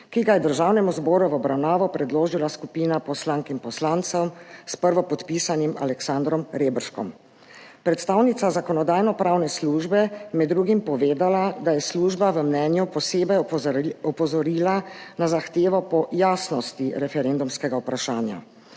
ki ga je Državnemu zboru v obravnavo predložila skupina poslank in poslancev s prvopodpisanim Aleksandrom Reberškom. Predstavnica Zakonodajno-pravne službe je med drugim povedala, da je služba v mnenju posebej opozorila na zahtevo po jasnosti referendumskega vprašanja.